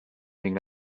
ning